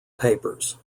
papers